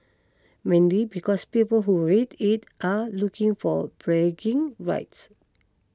mainly because people who read it are looking for bragging rights